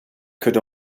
could